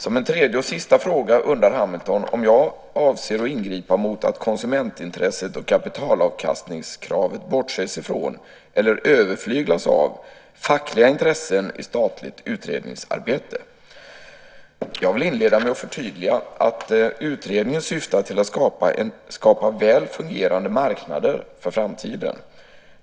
Som en tredje och sista fråga undrar Hamilton om jag avser att ingripa mot att konsumentintresset och kapitalavkastningskravet bortses ifrån, eller överflyglas av, fackliga intressen i statligt utredningsarbete. Jag vill inleda med att förtydliga att utredningen syftar till att skapa väl fungerande marknader för framtiden.